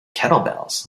kettlebells